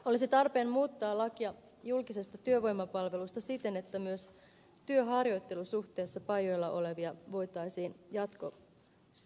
olisi tarpeen muuttaa lakia julkisesta työvoimapalvelusta siten että myös työharjoittelusuhteessa pajoilla olevia voitaisiin jatkosijoittaa